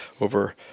over